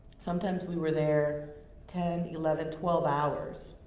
sometimes we were there ten, eleven, twelve hours,